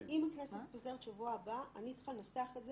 אם הכנסת מתפזרת שבוע הבא, אני צריכה לנסח את זה